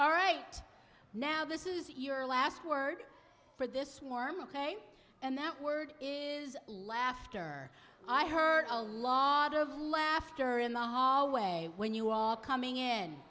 all right now this is your last word for this more mckay and that word is laughter i heard a lot of laughter in the hallway when you all coming in